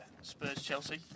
Spurs-Chelsea